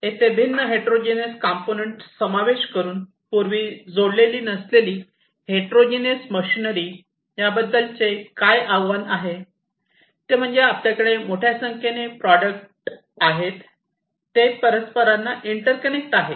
येथे भिन्न heterogeneous component समावेश करून पूर्वी जोडलेली नसलेली हेट्रोजीनियस मशीनरी याबद्दलचे काय आव्हान आहे ते म्हणजे आपल्याकडे मोठ्या संख्येने प्रॉडक्ट आहेत ते परस्परांना इंटर्कनेक्ट आहे